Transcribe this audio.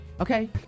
Okay